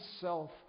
self